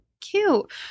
Cute